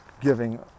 giving